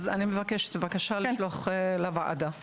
אני מבקשת לשלוח לוועדה את הדוח הזה עם ההמלצות,